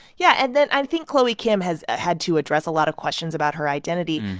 yeah. and then, i think chloe kim has had to address a lot of questions about her identity.